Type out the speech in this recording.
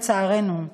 לצערנו,